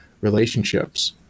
relationships